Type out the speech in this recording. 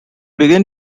began